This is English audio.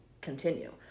continue